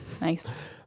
Nice